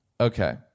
Okay